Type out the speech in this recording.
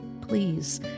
Please